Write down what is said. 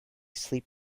sleep